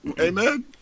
Amen